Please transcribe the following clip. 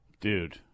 Dude